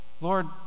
Lord